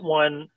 one